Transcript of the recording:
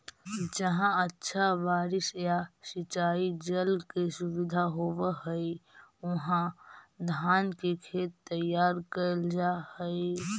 जहाँ अच्छा बारिश या सिंचाई जल के सुविधा होवऽ हइ, उहाँ धान के खेत तैयार कैल जा हइ